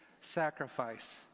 sacrifice